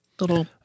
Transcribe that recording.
little